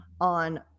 on